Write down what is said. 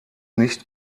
nicht